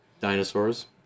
dinosaurs